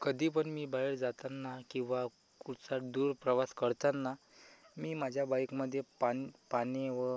कधीपण मी बाहेर जाताना किंवा कुठचा दूर प्रवास करताना मी माझ्या बाईकमध्ये पाणी पाणी व